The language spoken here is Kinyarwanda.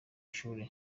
ishuri